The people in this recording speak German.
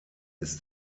ist